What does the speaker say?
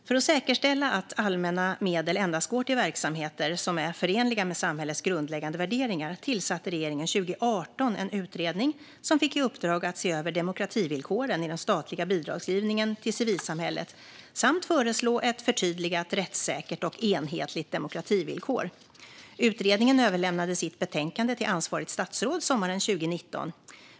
För att säkerställa att allmänna medel endast går till verksamheter som är förenliga med samhällets grundläggande värderingar tillsatte regeringen 2018 en utredning som fick i uppdrag att se över demokrativillkoren i den statliga bidragsgivningen till civilsamhället samt föreslå ett förtydligat, rättssäkert och enhetligt demokrativillkor. Utredningen överlämnade sitt betänkande till ansvarigt statsråd sommaren 2019.